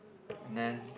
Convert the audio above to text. and then